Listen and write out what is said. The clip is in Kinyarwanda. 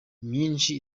myinshi